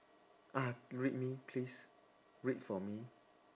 ah read me please read for me